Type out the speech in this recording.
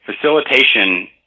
Facilitation